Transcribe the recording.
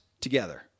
together